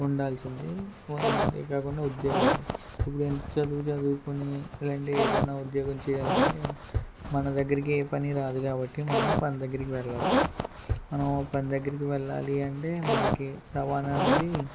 ఉండాల్సిందే ఉన్ అంతేకాకుండా ఉద్యోగాలు ఇప్పుడు ఎంత చదువు చదువుకొని ఇలాంటి ఏదన్న ఉద్యోగం చేయాలంటే మన దగ్గరికి ఏ పని రాదు కాబట్టి మనమే పని దగ్గరికి వెళ్ళాలి మనము పని దగ్గరికి వెళ్ళాలి అంటే మనకి రవాణా అనేది